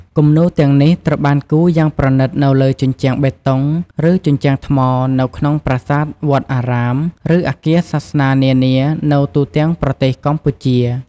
គំនូរទាំងនេះត្រូវបានគូរយ៉ាងប្រណិតនៅលើ ជញ្ជាំងបេតុង ឬជញ្ជាំងថ្ម នៅក្នុង ប្រាសាទ វត្តអារាម ឬអគារសាសនានានានៅទូទាំងប្រទេសកម្ពុជា។